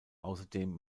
außerdem